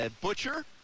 butcher